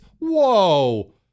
Whoa